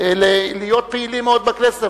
להיות פעילים מאוד בכנסת.